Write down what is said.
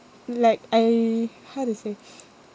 like I how to say